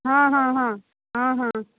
ହଁ ହଁ ହଁ ହଁ ହଁ